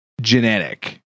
genetic